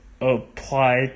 apply